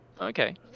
Okay